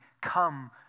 come